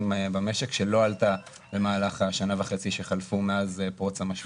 במשק שלא עלתה במהלך שנה וחצי שחלפו מאז פרוץ המשבר.